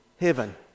heaven